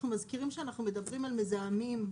אנחנו מדברים על מזהמים.